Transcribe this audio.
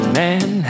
man